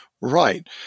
Right